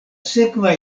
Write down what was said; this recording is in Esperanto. sekva